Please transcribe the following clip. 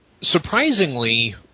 Surprisingly